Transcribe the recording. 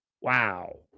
Wow